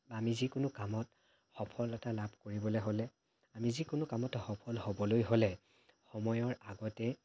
আমি যিকোনো কামত সফলতা লাভ কৰিবলৈ হ'লে আমি যিকোনো কামতে সফল হ'বলৈ হ'লে সময়ৰ আগতে